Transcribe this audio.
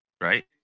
Right